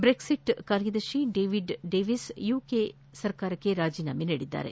Brexit ಕಾರ್ಯದರ್ಶಿ David Davis UK ಸರ್ಕಾರಕ್ಕೆ ರಾಜೀನಾಮೆ ನೀಡಿದ್ದಾರೆ